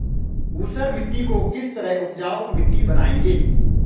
ऊसर मिट्टी को किस तरह उपजाऊ मिट्टी बनाएंगे?